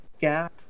gap